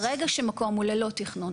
ברגע שמקום הוא ללא תכנון,